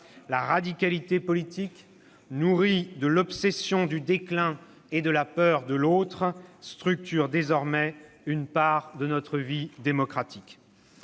la radicalité politique, nourrie de l'obsession du déclin et de la peur de l'autre, structure désormais une part de notre vie démocratique.